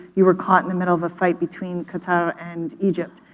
you were caught in a middle of a fight between qatar and egypt.